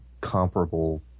comparable